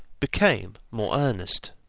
became more earnest.